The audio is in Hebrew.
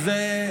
צ'כוסלובקיה,